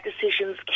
decisions